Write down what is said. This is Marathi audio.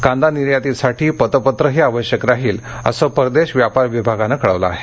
कांदा निर्यातीसाठी पतपत्रही आवश्यक राहील असं परदेश व्यापार महासंचालनालयानं कळवलं आहे